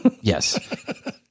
Yes